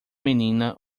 menina